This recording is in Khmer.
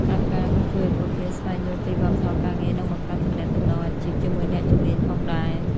ហាត់ការក៏ជួយឱ្យពួកគេស្វែងយល់ពីវប្បធម៌ការងារ និងបង្កើតទំនាក់ទំនងអាជីព ជាមួយអ្នកជំនាញផងដែរ។